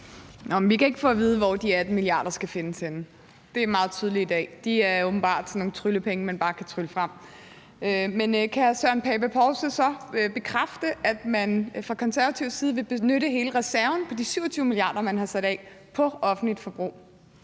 vi kan ikke få at vide, hvor de 18 mia. kr. skal findes henne. Det er meget tydeligt i dag. Det er åbenbart sådan nogle tryllepenge, man bare kan trylle frem. Men kan hr. Søren Pape Poulsen så bekræfte, at man fra Konservatives side vil benytte hele reserven på de 27 mia. kr., man har sat af, på offentligt forbrug?